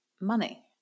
money